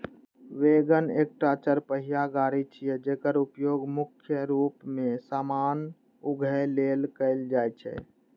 wagon एकटा चरपहिया गाड़ी छियै, जेकर उपयोग मुख्य रूप मे सामान उघै लेल कैल जाइ छै